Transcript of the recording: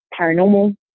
Paranormal